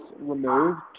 removed